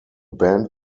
band